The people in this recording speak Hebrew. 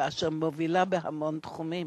המובילה בהמון תחומים.